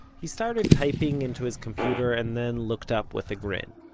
he started typing into his computer and then looked up with a grin.